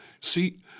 See